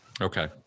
Okay